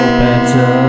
better